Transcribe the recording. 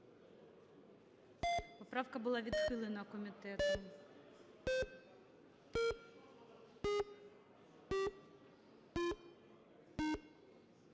Поправка була відхилена комітетом.